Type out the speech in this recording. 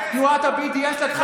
אתה BDS או